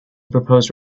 propose